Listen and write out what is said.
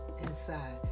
inside